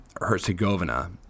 Herzegovina